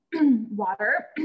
Water